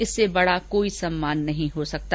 इससे बड़ा कोई सम्मान नहीं हो सकता